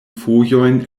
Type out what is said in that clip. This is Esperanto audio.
fojojn